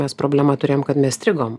mes problemą turėjom kad mes strigom